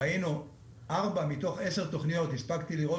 ראינו ארבע מתוך עשר תוכניות הספקתי לראות